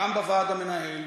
גם בוועד המנהל,